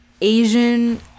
Asian